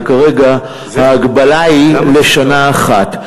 וכרגע ההגבלה היא לשנה אחת.